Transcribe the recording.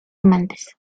amantes